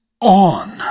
on